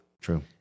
True